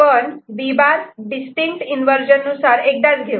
पण B' distinct inversion नुसार एकदाच घेऊ